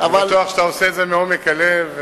אני בטוח שאתה עושה את זה מעומק הלב,